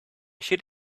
should